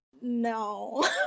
no